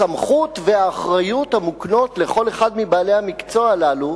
הסמכות והאחריות המוקנות לכל אחד מבעלי המקצוע הללו